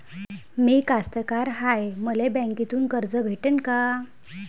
मी कास्तकार हाय, मले बँकेतून कर्ज भेटन का?